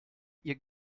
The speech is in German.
ihr